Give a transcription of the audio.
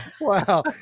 Wow